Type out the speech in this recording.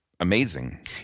amazing